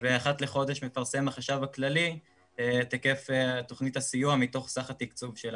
ואחת לחודש מפרסם החשב הכללי את היקף תוכנית הסיוע מתוך סך התקצוב שלה,